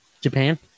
Japan